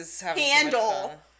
handle